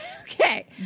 Okay